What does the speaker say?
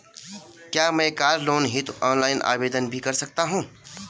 क्या मैं car loan हेतु ऑनलाइन आवेदन भी कर सकता हूँ?